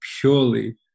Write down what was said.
purely